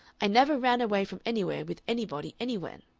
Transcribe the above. i never ran away from anywhere with anybody anywhen.